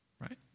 Right